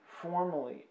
formally